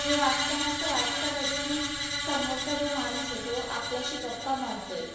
हे वाचताना असं वाटतं कधी की समोरचा जो माणूस आहे तो आपल्याशी गप्पा मारतो आहे